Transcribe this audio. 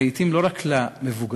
לעתים לא רק למבוגרים,